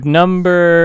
number